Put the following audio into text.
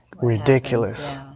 ridiculous